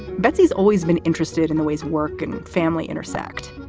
betsey's always been interested in the ways work and family intersect.